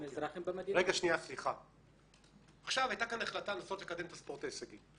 היתה כאן החלטה לנסות לקדם את הספורט ההישגי.